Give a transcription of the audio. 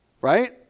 right